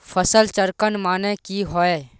फसल चक्रण माने की होय?